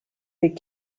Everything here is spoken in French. des